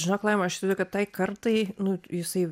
žinok laima aš įsivaizduoju kad tai kartai nu jisai